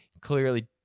clearly